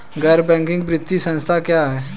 गैर बैंकिंग वित्तीय संस्था क्या है?